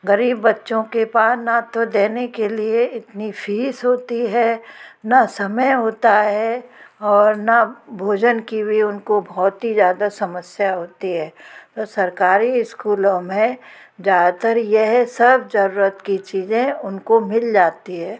गरीब बच्चों के पार न तो देने के लिए इतनी फ़ीस होती है न समय होता है और न भोजन की भी उनकी बहुत ही ज़्यादा समस्या होती है तो सरकारी स्कूलों में ज़्यादातर यह सब ज़रूरत की चीज़ें उनको मिल जाती है